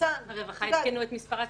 ניצן -- הרווחה עדכנו את מספר הקטינים.